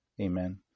Amen